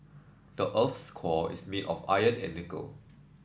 the earth's core is made of iron and nickel